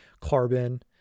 carbon